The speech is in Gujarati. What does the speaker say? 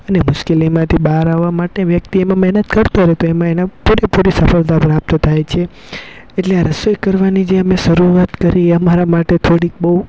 અને મુશ્કેલીમાંથી બહાર આવા માટે વ્યક્તિ એમાં મહેનત કરતો હોય પણ એમાં એને પુરેપુરી સફળતા પ્રાપ્ત થાય છે એટલે આ રસોઈ કરવાની જે અમે શરૂઆત કરી એ અમારા માટે થોડીક બહુ